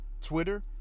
Twitter